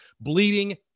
bleeding